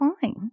fine